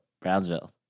Brownsville